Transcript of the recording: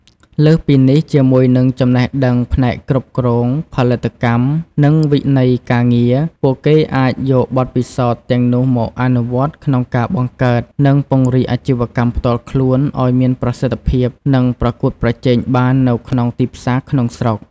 លើសពីនេះ ជាមួយនឹងចំណេះដឹងផ្នែកគ្រប់គ្រង ផលិតកម្ម និងវិន័យការងារ ពួកគេអាចយកបទពិសោធន៍ទាំងនោះមកអនុវត្តក្នុងការបង្កើត និងពង្រីកអាជីវកម្មផ្ទាល់ខ្លួនឱ្យមានប្រសិទ្ធភាព និងប្រកួតប្រជែងបាននៅក្នុងទីផ្សារក្នុងស្រុក។